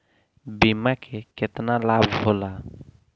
बीमा के केतना लाभ होला?